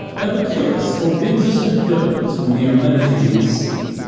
epicurus forbids us to doze when we are meditating escape.